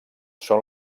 són